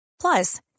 Plus